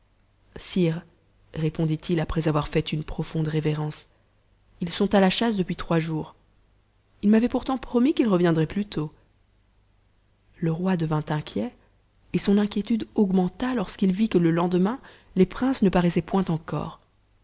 sire répondit-il après avoir fait une profonde révérence ils sont à la chasse depuis trois jours ils m'avaient pourtant promis qu'ils reviendraient plus tôt le roi devint inquiet et son inquiétude augmenta lorsqu'il vit que le lendemain les princes ne paraissaient point encore